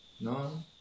No